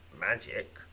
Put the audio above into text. magic